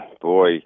boy